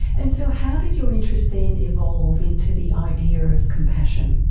and so how did your interest then evolve into the idea of compassion?